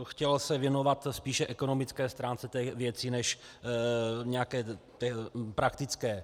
Chtěl bych se věnovat spíše ekonomické stránce té věci než nějaké praktické.